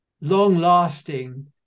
long-lasting